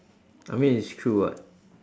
I mean it's true what